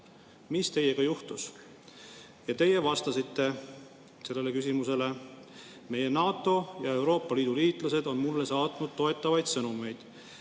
mis teiega juhtus. Teie vastasite sellele küsimusele nii, et NATO ja Euroopa Liidu liitlased on teile saatnud toetavaid sõnumeid,